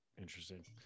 Interesting